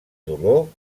dolor